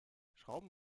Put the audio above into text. schrauben